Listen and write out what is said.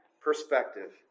perspective